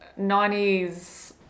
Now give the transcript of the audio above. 90s